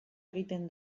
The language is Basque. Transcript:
egiten